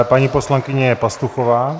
Paní poslankyně Pastuchová.